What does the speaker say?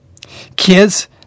Kids